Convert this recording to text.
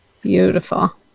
Beautiful